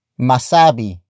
masabi